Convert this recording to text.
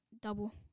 double